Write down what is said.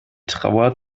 trauer